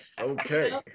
Okay